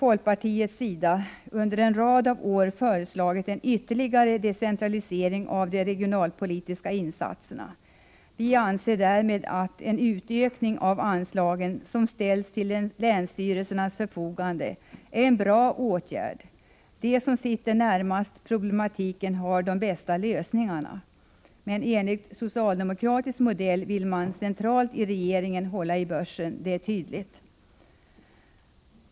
Folkpartiet har vidare under en rad av år föreslagit en ytterligare decentralisering av de regionalpolitiska insatserna. Vi anser i linje därmed att en utökning av de anslag som ställs till länsstyrelsernas förfogande är en bra åtgärd. De som sitter närmast problematiken har de bästa lösningarna. Men det är tydligt att enligt socialdemokratisk modell skall regeringen centralt hålla i börsen.